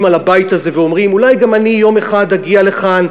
על הבית הזה ואומרים: אולי גם אני יום אחד אגיע לכאן,